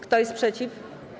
Kto jest przeciw?